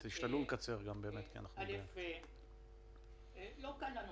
א', לא קל לנו